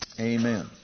Amen